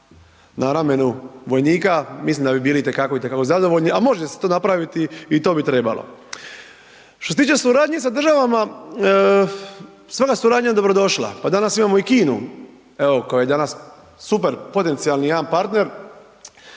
na ramenu vojnika, mislim da bi bili itekako, itekako zadovoljni, a može se to napraviti i to bi trebalo. Što se tiče suradnje sa državama, svaka suradnja je dobrodošla, pa danas imamo i Kinu, evo koja je danas super potencijalni jedan partner